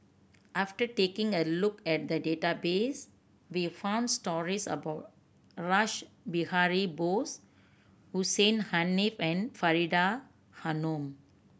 after taking a look at the database we found stories about Rash Behari Bose Hussein Haniff and Faridah Hanum